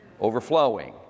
overflowing